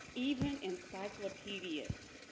even encyclopedias.